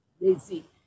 lazy